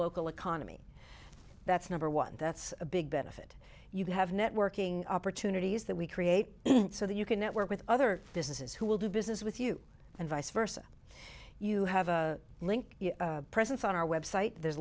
local economy that's number one that's a big benefit you have networking opportunities that we create so that you can network with other businesses who will do business with you and vice versa you have a link presence on our website the